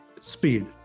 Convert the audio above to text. speed